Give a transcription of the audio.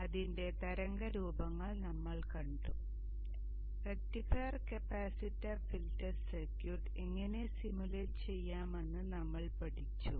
അതിന്റെ തരംഗ രൂപങ്ങൾ നമ്മൾ കണ്ടു റക്റ്റിഫയർ കപ്പാസിറ്റർ ഫിൽട്ടർ സർക്യൂട്ട് എങ്ങനെ സിമുലേറ്റ് ചെയ്യാമെന്ന് നമ്മൾ പഠിച്ചു